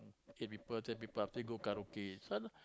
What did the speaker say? eight people ten people after go karaoke this one